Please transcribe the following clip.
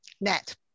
Net